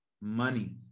money